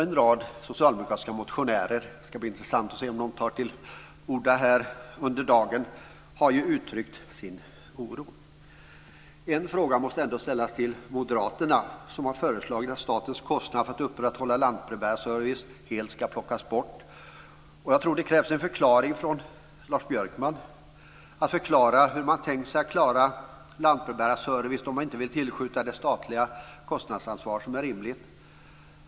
En rad socialdemokratiska motionärer har ju uttryckt sin oro. De ska bli intressant att se om de tar till orda här under dagen. En fråga måste ändå ställas till moderaterna som har föreslagit att statens kostnad för att upprätthålla lantbrevbärarservice helt skulle plockas bort. Jag tror att det krävs en förklaring av Lars Björkman om hur man har tänkt sig att lantbrevbärarservicen ska klaras om man inte vill tillskjuta det statliga kostnadsansvar som är rimligt.